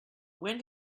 when